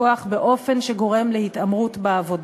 אני רוצה למנות כמה פעולות שבכל אופן המשטרה עשתה